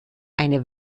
eine